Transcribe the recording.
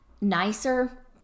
nicer